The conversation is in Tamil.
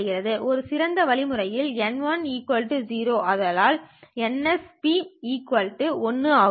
ஒரு சிறந்த வழிமுறையில் N1 0 அதனால் nsp 1 ஆகும்